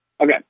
Okay